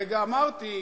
הרגע אמרתי,